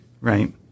right